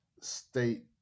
state